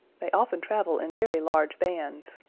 they often travel in very large bands.